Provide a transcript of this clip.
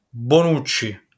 Bonucci